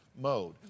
mode